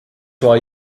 why